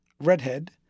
Redhead